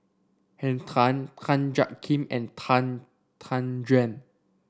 Henn Tan Tan Jiak Kim and Tan Tan Juan